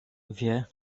wie